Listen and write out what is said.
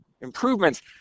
improvements